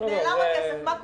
נעלם הכסף, מה קורה?